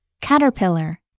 Caterpillar